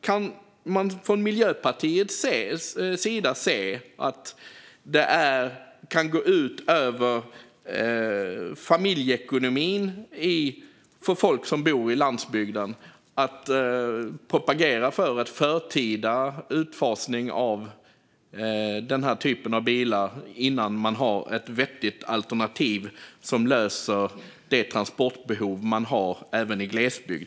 Kan man från Miljöpartiets sida se att det kan gå ut över familjeekonomin för folk som bor på landsbygden när man propagerar för en utfasning av den här typen av bilar innan det finns ett vettigt alternativ som löser det transportbehov människor har även i glesbygd?